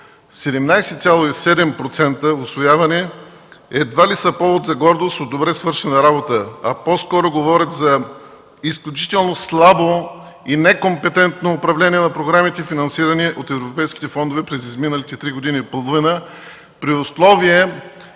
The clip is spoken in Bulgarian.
17,7% усвояване едва ли са повод за гордост от добре свършена работа. По-скоро говорят за изключително слабо и некомпетентно управление на програмите, финансирани от европейските фондове, през изминалите три години и половина, при условие